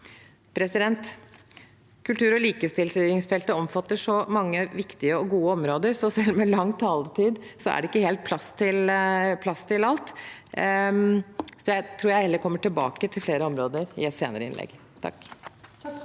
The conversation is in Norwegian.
Kultur- og likestillingsfeltet omfatter så mange viktige og gode områder at selv med lang taletid er det ikke helt plass til alt, så jeg tror jeg heller kommer tilbake til flere områder i et senere innlegg.